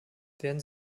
werden